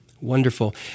Wonderful